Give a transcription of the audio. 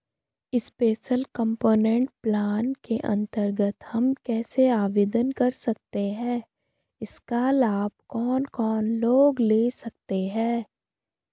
Special component plan के अन्तर्गत हम कैसे आवेदन कर सकते हैं इसका लाभ कौन कौन लोग ले सकते हैं?